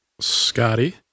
Scotty